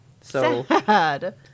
Sad